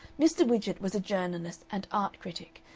mr. widgett was a journalist and art critic,